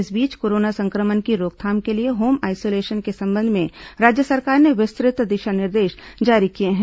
इस बीच कोरोना संक्रमण की रोकथाम के लिए होम आइसोलेशन के संबंध में राज्य सरकार ने विस्तृत दिशा निर्देश जारी किए हैं